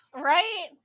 right